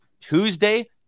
Tuesday